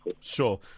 Sure